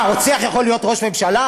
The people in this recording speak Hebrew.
מה, רוצח יכול להיות ראש ממשלה?